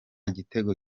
gitego